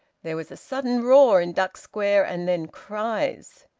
there was a sudden roar in duck square, and then cries.